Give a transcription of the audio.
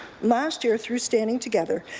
last year through standing together,